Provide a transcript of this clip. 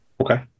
Okay